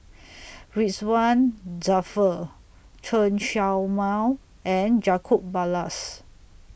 Ridzwan Dzafir Chen Show Mao and Jacob Ballas